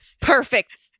perfect